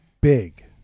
big